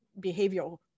behavioral